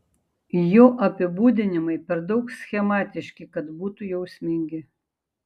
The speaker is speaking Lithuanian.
jo apibūdinimai per daug schematiški kad būtų jausmingi